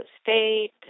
State